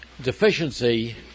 deficiency